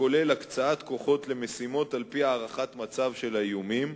הכולל הקצאת כוחות למשימות על-פי הערכת מצב של האיומים,